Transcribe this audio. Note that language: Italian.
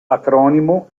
acronimo